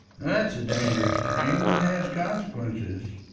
that's a dangerous game. it has consequences.